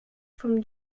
from